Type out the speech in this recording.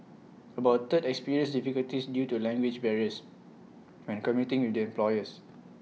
about third experienced difficulties due to language barriers when communicating with their employers